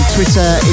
Twitter